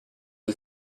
del